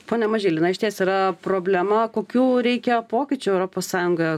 pone mažyli na išties yra problema kokių reikia pokyčių europos sąjungoje